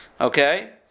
Okay